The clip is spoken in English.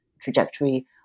trajectory